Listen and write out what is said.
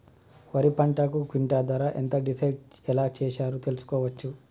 వరి పంటకు క్వింటా ధర ఎంత డిసైడ్ ఎలా చేశారు తెలుసుకోవచ్చా?